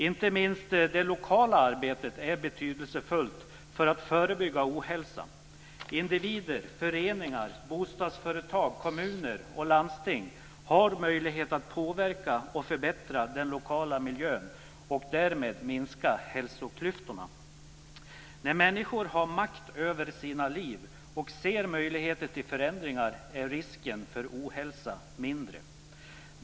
Inte minst det lokala arbetet är betydelsefullt för att förebygga ohälsa. Individer, föreningar, bostadsföretag, kommuner och landsting har möjlighet att påverka och förbättra den lokala miljön och därmed möjlighet att minska hälsoklyftorna. När människor har makt över sina liv och ser möjligheter till förändringar är risken för ohälsa mindre.